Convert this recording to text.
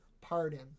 pardon